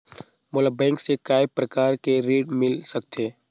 मोला बैंक से काय प्रकार कर ऋण मिल सकथे?